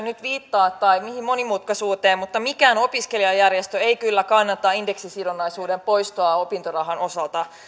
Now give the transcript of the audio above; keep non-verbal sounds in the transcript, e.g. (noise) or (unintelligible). (unintelligible) nyt viittaatte tai mihin monimutkaisuuteen mutta mikään opiskelijajärjestö ei kyllä kannata indeksisidonnaisuuden poistoa opintorahan osalta